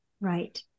Right